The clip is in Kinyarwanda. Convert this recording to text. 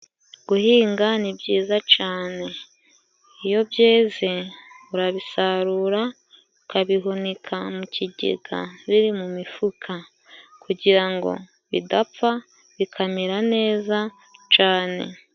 Guhinga nibyiza cane. Iyo byeze urabisarura ukabihunika mu kigega biri mu mifuka kugira ngo bidapfa bikamera neza cane.